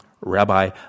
Rabbi